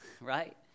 right